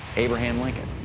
abraham lincoln,